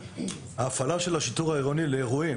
ההפעלה של השיטור העירוני לאירועים,